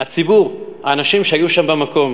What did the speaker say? הציבור, האנשים שהיו שם במקום.